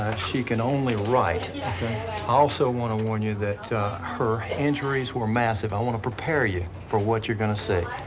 she can only write. i also want to warn you that her her injuries were massive. i want to prepare you for what you're going to see.